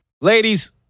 Ladies